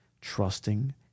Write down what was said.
trusting